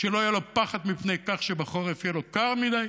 לא יהיה לו פחד מפני כך שבחורף יהיה לו קר מדי